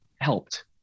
helped